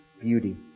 beauty